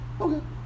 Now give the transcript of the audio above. okay